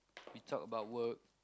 we talk about work